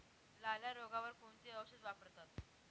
लाल्या रोगावर कोणते औषध वापरतात?